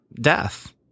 death